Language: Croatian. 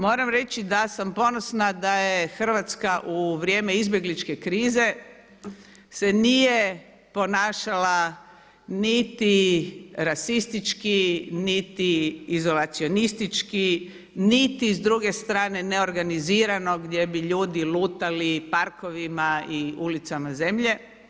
Moram reći da sam ponosna da je Hrvatska u vrijeme izbjegličke krize se nije ponašala niti rasistički, niti izolacionistički, niti s druge strane neorganizirano gdje bi ljudi lutali parkovima i ulicama zemlje.